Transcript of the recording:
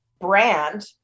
brand